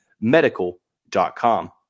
medical.com